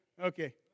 Okay